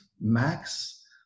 max